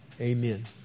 Amen